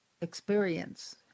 experience